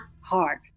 hard